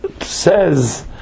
says